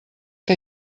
que